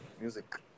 music